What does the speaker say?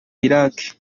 irak